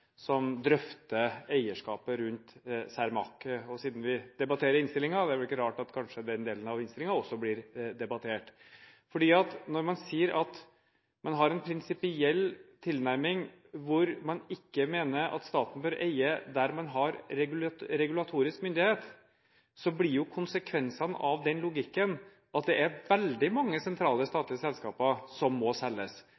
de drøfter eierskapet rundt Cermaq. Siden vi debatterer innstillingen, er det ikke rart om kanskje den delen av innstillingen også blir debattert. Når man sier at man har en prinsipiell tilnærming, og man mener at staten ikke bør eie der man har regulatorisk myndighet, blir konsekvensen av den logikken at det er veldig mange sentrale